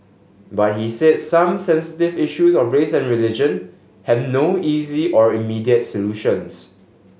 but he said some sensitive issues of race and religion have no easy or immediate solutions